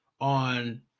on